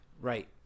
Right